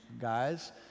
guys